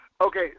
Okay